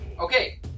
Okay